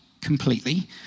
completely